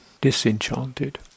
disenchanted